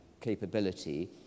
capability